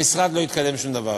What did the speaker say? המשרד לא התקדם בשום דבר.